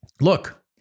Look